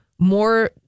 More